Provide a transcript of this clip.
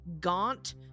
gaunt